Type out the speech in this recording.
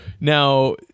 now